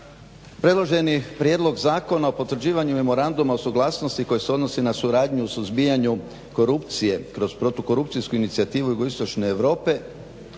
Predloženi Prijedlog zakona o potvrđivanju Memoranduma o suglasnosti koji se odnosi na suradnju u suzbijanju korupcije kroz protukorupcijsku inicijativu JI Europe